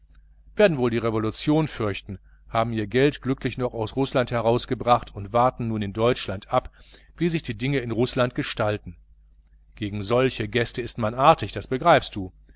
werden wohl die revolution fürchten haben ihr geld glücklich noch aus rußland herausgebracht und warten nun in deutschland ab wie sich die dinge in rußland gestalten gegen solche gäste ist man artig das begreifst du